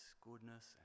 goodness